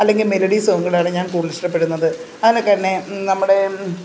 അല്ലെങ്കിൽ മെലഡി സോങ്ങുകളാണ് ഞാൻ കൂടുതൽ ഇഷ്ടപ്പെടുന്നത് അതിനൊക്കെ എന്നെ നമ്മുടെ